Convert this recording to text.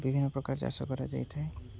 ବିଭିନ୍ନ ପ୍ରକାର ଚାଷ କରାଯାଇଥାଏ